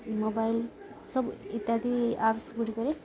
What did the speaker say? mobile ସବୁ ଇତ୍ୟାଦି ଆପ୍ସଗୁଡ଼ିକରେ